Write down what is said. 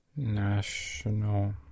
National